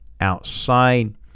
outside